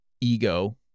ego